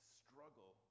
struggle